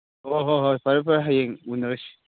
ꯍꯣ ꯍꯣ ꯍꯣꯏ ꯐꯔꯦ ꯐꯔꯦ ꯍꯌꯦꯡ ꯎꯅꯔꯁꯤ